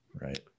right